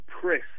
press